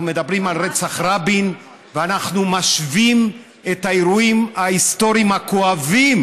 מדברים על רצח רבין ואנחנו משווים את האירועים ההיסטוריים הכואבים,